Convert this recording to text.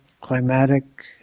climatic